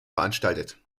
veranstaltet